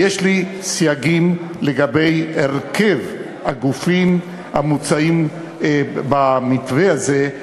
יש לי סייגים לגבי הרכב הגופים המוצעים במתווה הזה.